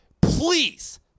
please